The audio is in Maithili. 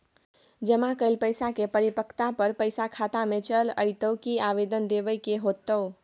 जमा कैल पैसा के परिपक्वता पर पैसा खाता में चल अयतै की आवेदन देबे के होतै?